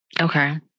Okay